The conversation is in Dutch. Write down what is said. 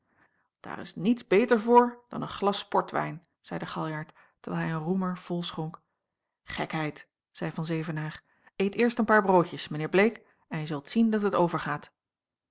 daar is niets beter voor dan een glas portwijn zeide galjart terwijl hij een roemer volschonk gekheid zeî van zevenaer eet eerst een paar broodjes mijn heer bleek en je zult zien dat het overgaat